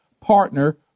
partner